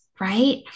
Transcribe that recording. right